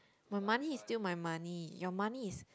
my money is still my money your money is